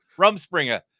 Rumspringa